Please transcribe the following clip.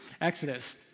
Exodus